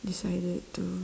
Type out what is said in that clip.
decided to